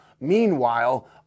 Meanwhile